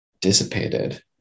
dissipated